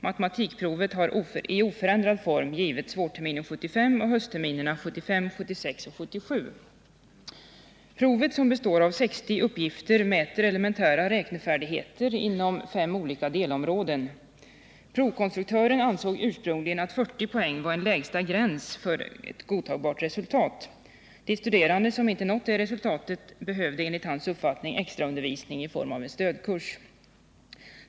Matematikprovet har i oförändrad form givits vårterminen 1975 samt höstterminerna 1975, 1976 och 1977. Provet, som består av 60 uppgifter, mäter elementära räknefärdigheter inom fem olika delområden. Provkonstruktören ansåg ursprungligen att 40 poäng var en lägsta gräns för ett godtagbart resultat. De studerande som inte nått det resultatet behövde enligt hans uppfattning extraundervisning i form av en stödkurs.